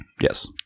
Yes